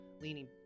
leaning